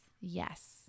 Yes